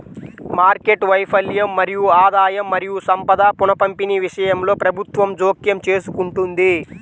market వైఫల్యం మరియు ఆదాయం మరియు సంపద పునఃపంపిణీ విషయంలో ప్రభుత్వం జోక్యం చేసుకుంటుంది